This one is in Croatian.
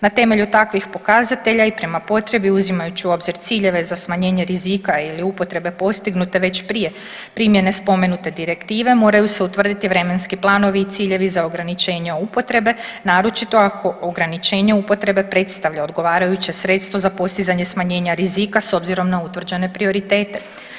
Na temelju takvih pokazatelja i prema potrebi uzimajući u obzir ciljeve za smanjenje rizika ili upotrebe postignute već prije primjene spomenute direktive moraju se utvrditi vremenski planovi i ciljevi za ograničenja upotrebe naročito ako ograničenje upotrebe predstavlja odgovarajuće sredstvo za postizanje smanjenje rizika s obzirom na utvrđene prioritete.